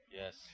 yes